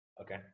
Okay